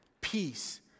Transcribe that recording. peace